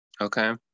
okay